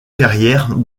carrière